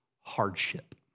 hardship